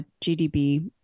GDB